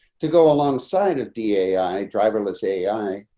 to go alongside of da ai driverless ai.